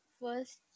first